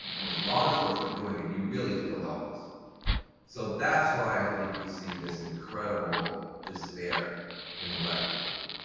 when it's law enforcement doing it, you really feel helpless so that's why i think you see this incredible despair in the black community.